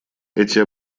эти